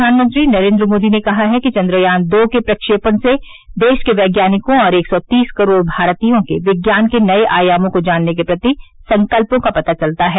प्रधानमंत्री नरेंद्र मोदी ने कहा है कि चंद्रयान दो के प्रक्षेपण से देश के वैज्ञानिकों और एक सौ तीस करोड़ भारतीयों के विज्ञान के नए आयामों को जानने के प्रति संकल्पों का पता चलता है